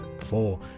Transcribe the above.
Four